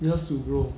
years to grow